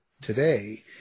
today